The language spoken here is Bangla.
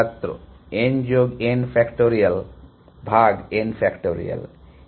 ছাত্র n যোগ n ফ্যাক্টরিয়াল ভাগ n ফ্যাক্টরিয়াল